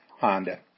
Honda